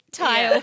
tile